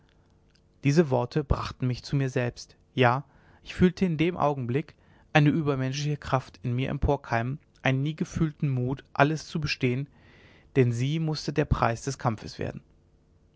diese worte brachten mich zu mir selbst ja ich fühlte in dem augenblick eine übermenschliche kraft in mir emporkeimen einen nie gefühlten mut alles zu bestehen denn sie mußte der preis des kampfes werden